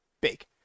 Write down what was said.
Big